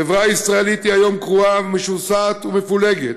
החברה הישראלית היום קרועה, משוסעת ומפולגת,